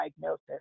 diagnosis